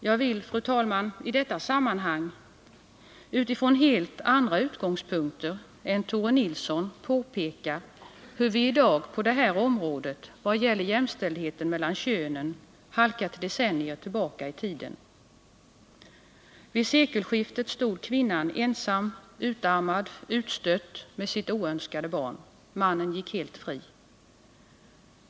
Jag vill, fru talman, i detta sammanhang utifrån helt andra utgångspunkter än Tore Nilsson påpeka hur vi i dag på detta område vad gäller jämställdheten mellan könen halkat decennier tillbaka i tiden. Vid sekelskiftet stod kvinnan ensam, utarmad, utstött med sitt oönskade barn. Mannen gick helt fri.